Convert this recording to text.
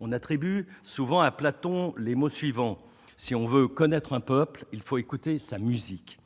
On attribue souvent à Platon les mots suivants :« si l'on veut connaître un peuple, il faut écouter sa musique ».